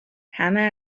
همه